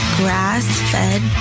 grass-fed